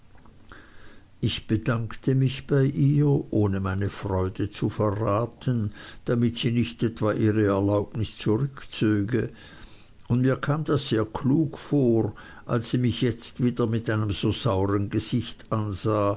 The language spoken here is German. ich bedankte mich bei ihr ohne meine freude zu verraten damit sie nicht etwa ihre erlaubnis zurückzöge und mir kam das sehr klug vor als sie mich jetzt wieder mit einem so sauern gesicht ansah